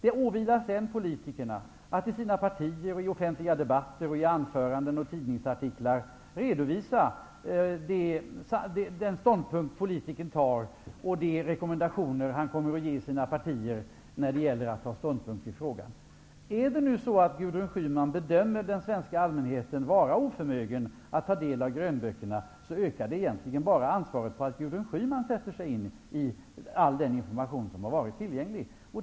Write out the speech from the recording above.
Det åvilar sedan varje politiker att i sitt parti, i offentliga debatter, i anföranden och i tidningsartiklar redovisa den ståndpunkt han har intagit och de rekommendationer han kommer att ge sitt parti inför valet av ståndpunkt i frågan. Om Gudrun Schyman nu bedömer den svenska allmänheten som oförmögen att ta del av grönböckerna, ökar det egentligen bara ansvaret på Gudrun Schyman att sätta sig in i all den information som har varit tillgänglig.